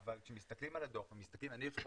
אבל כשמסתכלים על הדו"ח, אני לפחות